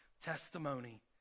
testimony